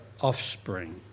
offspring